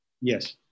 Yes